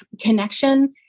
connection